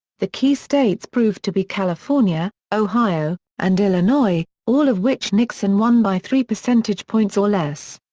the key states proved to be california, ohio, and illinois, all of which nixon won by three percentage points or less.